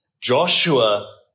Joshua